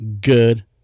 good